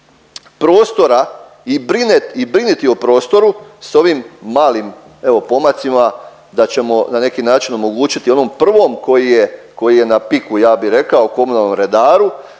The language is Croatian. i brinuti o prostoru s ovim malim evo pomacima da ćemo na neki način omogućiti onom prvom koji je, koji je na piku ja bih rekao komunalnom redaru